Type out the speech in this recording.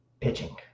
pitching